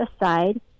aside